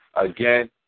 Again